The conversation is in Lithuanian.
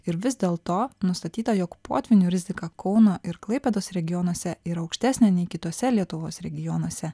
ir vis dėlto nustatyta jog potvynių rizika kauno ir klaipėdos regionuose ir aukštesnė nei kituose lietuvos regionuose